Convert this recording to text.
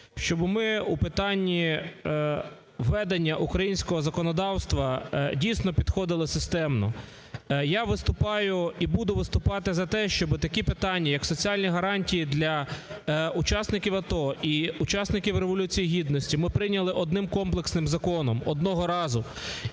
щоб ми у питанні ведення українського законодавства, дійсно, підходили системно. Я виступаю і буду виступати за те, щоб такі питання як соціальні гарантії для учасників АТО і учасників Революції Гідності ми прийняли одним комплексним законом одного разу